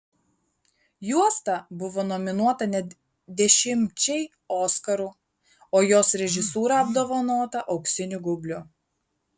juosta buvo nominuota net dešimčiai oskarų o jos režisūra apdovanota auksiniu gaubliu